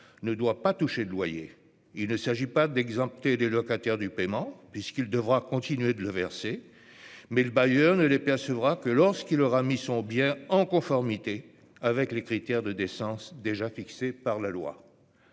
ne doit pas toucher de loyers. Il ne s'agit pas d'exempter le locataire du paiement, puisqu'il devra continuer de le verser. Mais le bailleur ne percevra les loyers que lorsqu'il aura mis son bien en conformité avec les critères de décence fixés par la loi.